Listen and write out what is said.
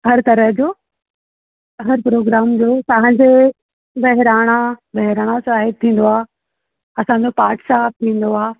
हर तरह जो हर प्रोग्राम जो तव्हांजे ॿहिराणा ॿहिराणा साहिबु थींदो आहे असांजो पाठ साहिबु थींदो आहे